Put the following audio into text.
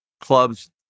clubs